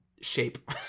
shape